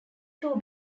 two